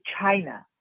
China